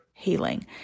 healing